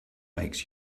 makes